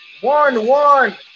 one-one